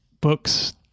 books